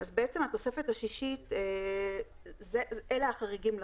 "" בתוספת השישית אלה החריגים לחוק.